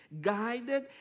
guided